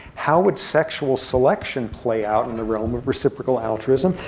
how would sexual selection play out in the realm of reciprocal altruism?